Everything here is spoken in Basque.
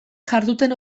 jarduten